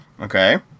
Okay